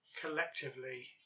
collectively